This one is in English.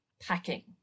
packing